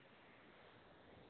हा बोला दादा काय म्हणता